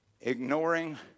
Ignoring